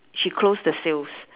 she close the sales